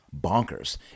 bonkers